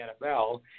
NFL